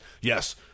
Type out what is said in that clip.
yes